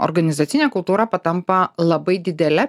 organizacinė kultūra patampa labai didele